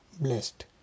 blessed